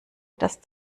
das